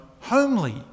homely